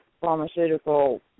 pharmaceutical